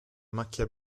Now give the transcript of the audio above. macchia